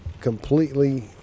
completely